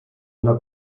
una